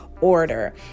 order